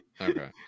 Okay